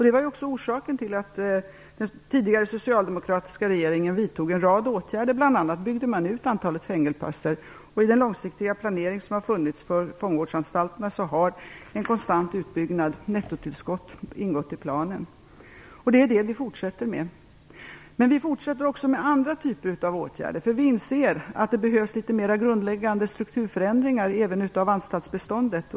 Det är också orsaken till att den tidigare socialdemokratiska regeringen vidtog en rad åtgärder. Bl.a. byggdes antalet fängelseplatser ut. I den långsiktiga planering som har funnits för fångvårdsanstalterna har en konstant utbyggnad, ett nettotillskott, ingått. Det fortsätter vi med. Vi fortsätter också med andra typer av åtgärder. Vi inser nämligen att det behövs litet mer grundläggande strukturförändringar även av anstaltsbeståndet.